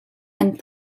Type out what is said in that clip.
and